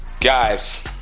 Guys